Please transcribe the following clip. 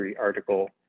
article